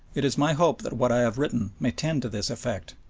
it is my hope that what i have written may tend to this effect,